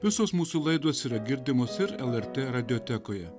visos mūsų laidos yra girdimos ir lrt radiotekoje